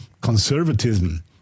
conservatism